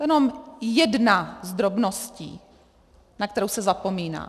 Jenom jedna z drobností, na kterou se zapomíná.